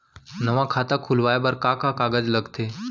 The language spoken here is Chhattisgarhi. नवा खाता खुलवाए बर का का कागज लगथे?